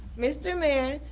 mr. mann,